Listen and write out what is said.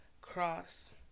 cross